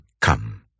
Come